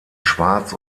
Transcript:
schwarz